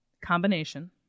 combination